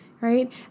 right